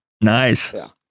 Nice